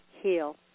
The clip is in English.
heal